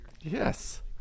Yes